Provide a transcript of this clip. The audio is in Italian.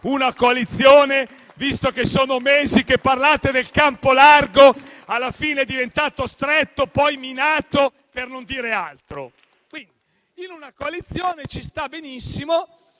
visto che sono mesi che parlate del campo largo che alla fine è diventato stretto e poi minato, per non dire altro. In una coalizione ci sta benissimo